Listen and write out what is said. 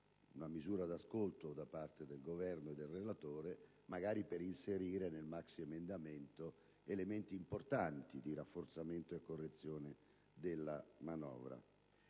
una misura d'ascolto da parte del Governo e del relatore, magari per inserire nel maxiemendamento elementi importanti di rafforzamento e correzione della manovra.